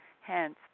Hence